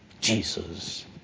Jesus